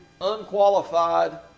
unqualified